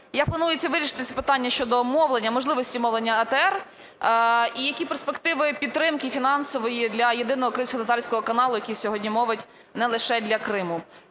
Як планується вирішити ці питання щодо мовлення, можливості мовлення ATR, і які перспективи підтримки фінансової для єдиного кримськотатарського каналу, який сьогодні мовить не лише для Криму?